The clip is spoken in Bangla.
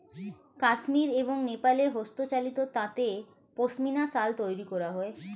কাশ্মীর এবং নেপালে হস্তচালিত তাঁতে পশমিনা শাল তৈরি করা হয়